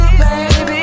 Baby